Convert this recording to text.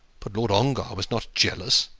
but lord ongar was not jealous.